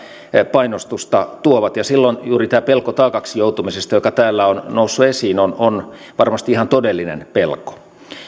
painostusta tuovat ja silloin juuri tämä pelko taakaksi joutumisesta joka täällä on noussut esiin on on varmasti ihan todellinen pelko